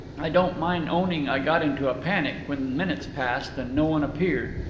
i don't mind owning i got into a panic when minutes passed and no one appeared,